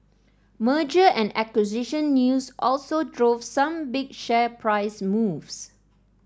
merger and acquisition news also drove some big share price moves